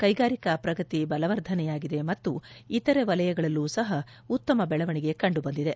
ಕೈಗಾರಿಕಾ ಪ್ರಗತಿ ಬಲವರ್ಧನೆಯಾಗಿದೆ ಮತ್ತು ಇತರೆ ವಲಯಗಳಲ್ಲೂ ಸಹ ಉತ್ತಮ ಬೆಳವಣಿಗೆ ಕಂಡು ಬಂದಿದೆ